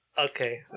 Okay